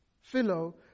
Philo